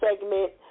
segment